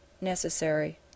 necessary